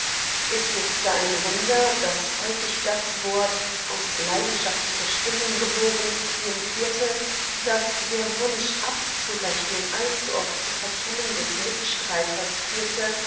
ist es da ein wunder daß häufig das wort aus leidenschaftlicher stimmung geboren triumphierte daß der wunsch abzurechnen allzuoft zur verkennung des mitstreiters führte